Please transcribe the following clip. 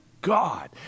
God